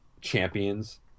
champions